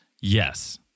Yes